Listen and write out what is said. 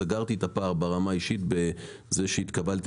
סגרתי את הפער ברמה האישית בזה שהתקבלתי